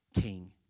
king